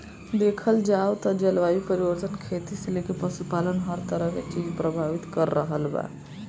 देखल जाव त जलवायु परिवर्तन खेती से लेके पशुपालन हर तरह के चीज के प्रभावित कर रहल बा